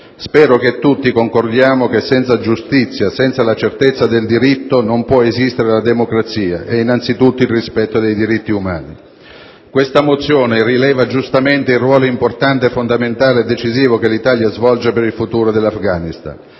Spero che tutti concordino sul fatto che senza giustizia, senza la certezza del diritto, non può esistere la democrazia e innanzitutto il rispetto dei diritti umani. Questa mozione rileva giustamente il ruolo importante, fondamentale e decisivo che l'Italia svolge per il futuro dell'Afghanistan.